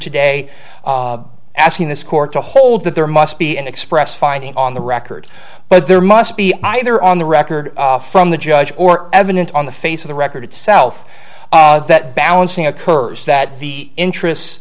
today asking this court to hold that there must be an express finding on the record but there must be either on the record from the judge or evident on the face of the record itself that balancing occurs that the interests